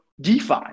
DeFi